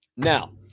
Now